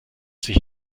sich